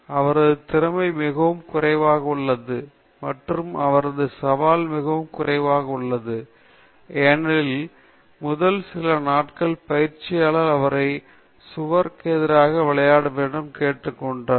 அவரது திறமை மிகவும் குறைவாக உள்ளது மற்றும் அவரது சவால் மிகவும் குறைவாக உள்ளது ஏனெனில் முதல் சில நாட்களில் பயிற்சியாளர் அவரை சுவர் எதிராக விளையாட கேட்க வேண்டும்